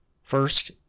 First